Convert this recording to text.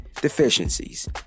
deficiencies